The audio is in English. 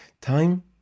Time